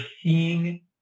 seeing